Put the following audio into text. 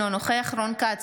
אינו נוכח רון כץ,